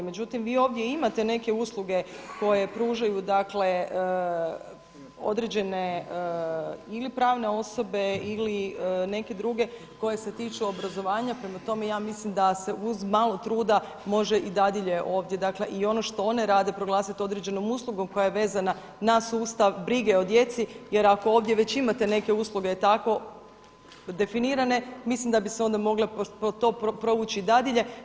Međutim, vi ovdje imate neke usluge koje pružaju određene ili pravne osobe ili neke druge koje se tiču obrazovanja, prema tome ja mislim da se uz malo truda može i dadilje ovdje i ono što one rade proglasiti određenom uslugom koja je vezana na sustav brige o djeci jer ako ovdje već imate neke usluge tako definirane mislim da bi se onda mogle kroz to provući dadilje.